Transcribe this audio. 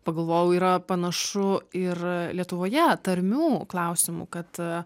pagalvojau yra panašu ir lietuvoje tarmių klausimu kad